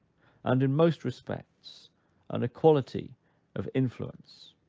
and in most respects an equality of influence.